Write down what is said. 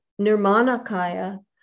Nirmanakaya